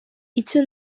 icyo